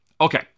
Okay